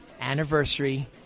anniversary